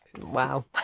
wow